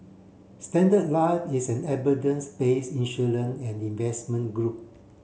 Standard Life is an base insurance and investment group